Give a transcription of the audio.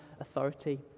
authority